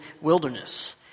wilderness